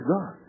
God